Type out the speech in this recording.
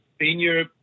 senior